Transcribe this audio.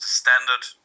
standard